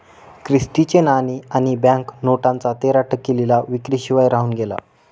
Christie चे नाणे आणि बँक नोटांचा तेरा टक्के लिलाव विक्री शिवाय राहून गेला